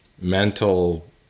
mental